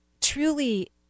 truly